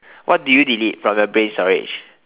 what do you delete from your brain storage